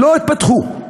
לא התפתחו,